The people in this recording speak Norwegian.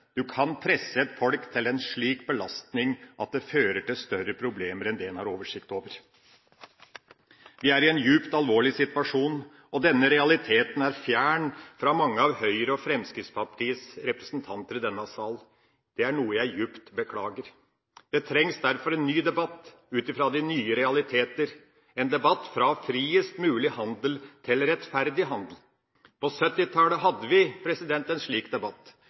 Du kan presse et folk til en slik belastning at det fører til større problemer enn det en har oversikt over. Vi er i en djupt alvorlig situasjon, og denne realiteten er fjern for mange av Høyres og Fremskrittspartiets representanter i denne sal. Det er noe jeg djupt beklager. Det trengs derfor en ny debatt ut fra de nye realiteter, en debatt om fra friest mulig handel til rettferdig handel. På 1970-tallet hadde vi en slik debatt,